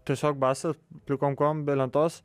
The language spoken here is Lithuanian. tiesiog basas plikom kojom be lentos